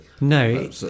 No